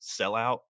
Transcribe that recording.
sellout